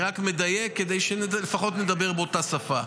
אני רק מדייק, כדי שלפחות נדבר באותה שפה.